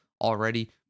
Already